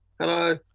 Hello